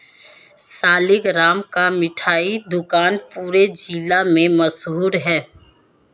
सालिगराम का मिठाई दुकान पूरे जिला में मशहूर है